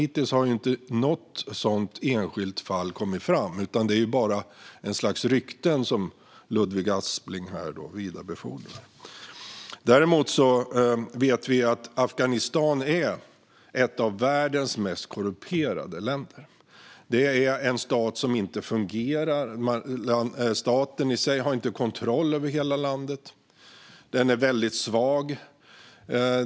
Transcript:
Hittills har dock inget sådant enskilt fall kommit fram, utan det är bara ett slags rykten som Ludvig Aspling här vidarebefordrar. Vi vet att Afghanistan är ett av världens mest korrumperade länder. Det är en stat som inte fungerar. Staten i sig har inte kontroll över hela landet. Staten är väldigt svag.